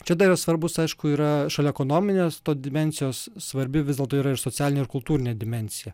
čia dar ir svarbūs aišku yra šalia ekonominės dimensijos svarbi vis dėlto yra ir socialinė ir kultūrinė dimensija